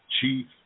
chief